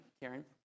Karen